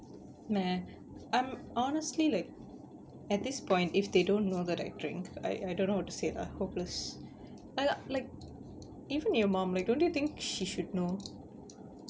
meh I'm honestly like at this point if they don't know that I drink I I don't know what to say lah hopeless I like even your mom like don't you think she should know